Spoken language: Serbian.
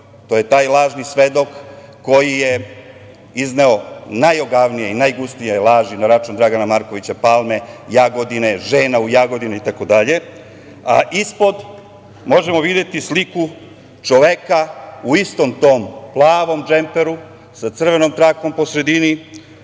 To je taj lažni svedok koji je izneo najogavnije i najgnusnije laži na račun Dragana Markovića Palme, Jagodine, žena u Jagodini, itd. Ispod možemo videti sliku čoveka u istom tom plavom džemperu sa crvenom trakom po sredini,